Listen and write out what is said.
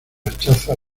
rechaza